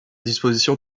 disposition